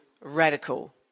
radical